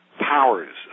powers